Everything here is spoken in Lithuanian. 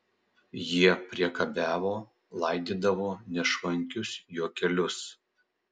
jie priekabiavo laidydavo nešvankius juokelius